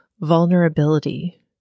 vulnerability